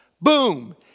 boom